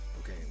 Okay